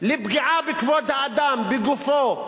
לפגיעה בכבוד האדם, בגופו.